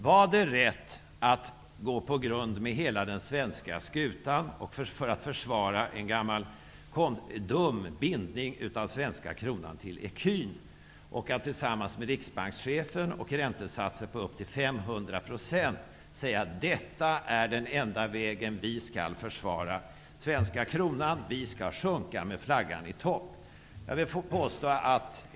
Var det rätt att gå på grund med hela den svenska skutan för att försvara en gammal dum bindning av svenska kronan till ecun och att tillsammans med riksbankschefen, till räntesatser på upp till 500 %, säga: Detta är den enda vägen, vi skall försvara svenska kronan, vi skall sjunka med flaggan i topp?